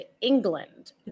England